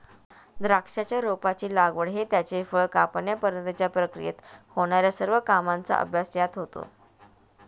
द्राक्षाच्या रोपाची लागवड ते त्याचे फळ कापण्यापर्यंतच्या प्रक्रियेत होणार्या सर्व कामांचा अभ्यास यात होतो